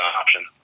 option